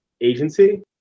agency